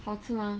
好吃吗